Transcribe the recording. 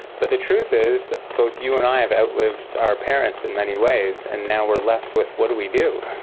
but the truth is, both you and i have outlived our parents in many ways, and now we are left with what do we do?